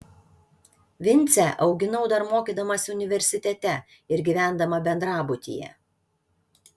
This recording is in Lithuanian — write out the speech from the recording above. vincę auginau dar mokydamasi universitete ir gyvendama bendrabutyje